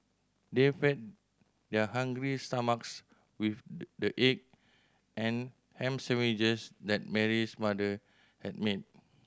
they fed their hungry stomachs with the egg and ham sandwiches that Mary's mother had made